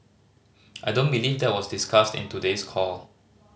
I don't believe that was discussed in today's call